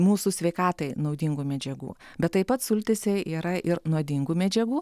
mūsų sveikatai naudingų medžiagų bet taip pat sultyse yra ir nuodingų medžiagų